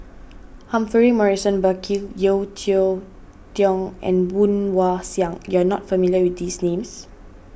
Humphrey Morrison Burkill Yeo Cheow Tong and Woon Wah Siang you are not familiar with these names